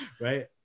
right